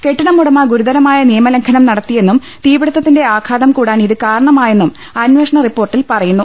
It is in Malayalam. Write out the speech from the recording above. കെട്ടിടം ഉടമ ഗുരുത്രമായ് നിയമലംഘനം നടത്തിയെന്നും തീപിടിത്തത്തിന്റെ ആഘാത്ം കൂടാൻ ഇത് കാരണമായെന്നും അന്വേഷണ റിപ്പോർട്ടിൽ പറയുന്നു